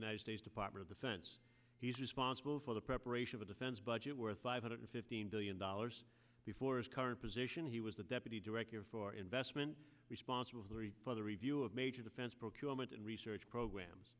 states department of defense he's responsible for the preparation of a defense budget worth five hundred fifteen billion dollars before his current position he was the deputy director for investment responsible for the review of major defense procurement and research programs